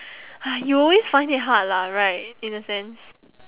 !hais! you'll always find it hard lah right in a sense